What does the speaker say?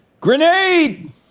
grenade